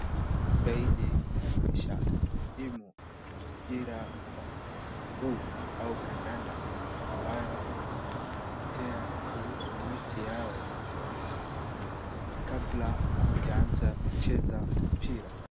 Timu ya mpira wa mguu au kandanda, ambao wanaongea kuhusu mechi yao kabla hawajaanza kucheza mpira.